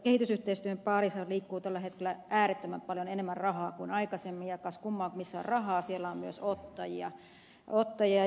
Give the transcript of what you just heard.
kehitysyhteistyön parissa liikkuu tällä hetkellä äärettömän paljon enemmän paljon rahaa kuin aikaisemmin ja kas kummaa missä on rahaa siellä on myös ottajia